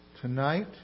Tonight